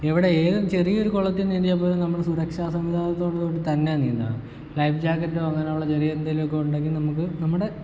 എവിടെ ഏത് ചെറിയൊരു കുളത്തിൽ നീന്തിയാ പോലും നമ്മൾ സുരക്ഷാ സംവിധാനത്തോടു കൂടി തന്നെ നീന്തണം ലൈഫ് ജാക്കറ്റ് അങ്ങനേള്ള ചെറിയ എന്തേലൊക്കെ ഉണ്ടെങ്കിൽ നമുക്ക് നമ്മുടെ